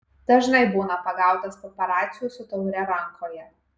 dažnai būna pagautas paparacių su taure rankoje